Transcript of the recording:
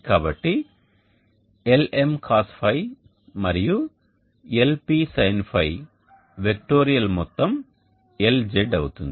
కాబట్టి Lm cosϕ మరియు Lp sinϕ vectorial మొత్తం Lz అవుతుంది